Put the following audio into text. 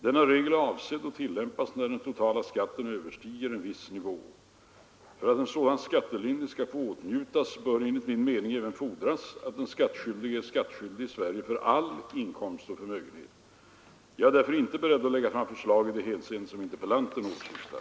Denna regel är avsedd att tillämpas när den totala skatten överstiger en viss nivå. För att en sådan skattelindring skall få åtnjutas bör enligt min mening även fordras att den skattskyldige är skattskyldig i Sverige för all inkomst och förmögenhet. Jag är därför inte beredd att lägga fram förslag i det hänseende som interpellanten åsyftar.